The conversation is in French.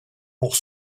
pour